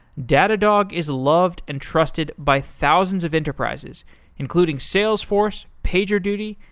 datadog is loved and trusted by thousands of enterprises including salesforce, pagerduty,